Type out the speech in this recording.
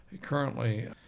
Currently